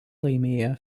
laimėjo